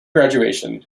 graduation